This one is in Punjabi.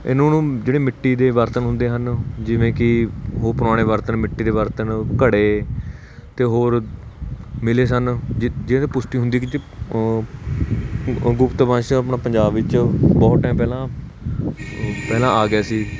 ਇਹਨਾਂ ਨੂੰ ਜਿਹੜੀ ਮਿੱਟੀ ਦੇ ਬਰਤਨ ਹੁੰਦੇ ਹਨ ਜਿਵੇਂ ਕਿ ਉਹ ਬਹੁਤ ਪੁਰਾਣੇ ਬਰਤਨ ਮਿੱਟੀ ਦੇ ਬਰਤਨ ਘੜੇ ਅਤੇ ਹੋਰ ਮਿਲੇ ਸਨ ਜਿਹੜੇ ਪੁਸ਼ਟੀ ਹੁੰਦੀ ਜਿਸ 'ਚ ਗੁਪਤ ਵੰਸ਼ ਆਪਣਾ ਪੰਜਾਬ ਵਿੱਚ ਬਹੁਤ ਟਾਈਮ ਪਹਿਲਾਂ ਪਹਿਲਾਂ ਆ ਗਿਆ ਸੀ